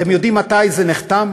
אתם יודעים מתי זה נחתם?